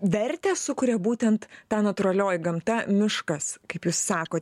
vertę sukuria būtent ta natūralioji gamta miškas kaip jūs sakot